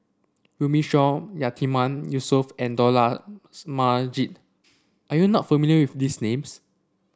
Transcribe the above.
Runme Shaw Yatiman Yusof and Dollah Majid are you not familiar with these names